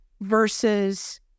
versus